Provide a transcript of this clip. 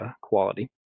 quality